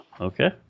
Okay